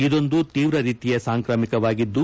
ಇದೊಂದು ತೀವ್ರ ರೀತಿಯ ಸಾಂಕ್ರಾಮಿಕವಾಗಿದ್ದು